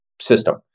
system